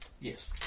Yes